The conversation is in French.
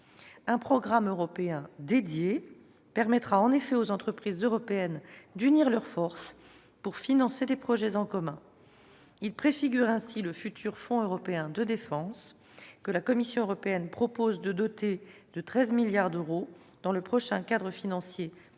un programme européen spécifique permettra aux entreprises européennes d'unir leurs forces pour financer des projets en commun. Ce programme préfigure le futur fonds européen de défense, que la Commission européenne propose de doter de 13 milliards d'euros dans le cadre financier pluriannuel